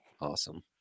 awesome